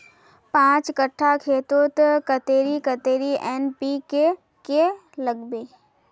पाँच कट्ठा खेतोत कतेरी कतेरी एन.पी.के के लागबे?